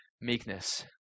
meekness